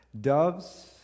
Doves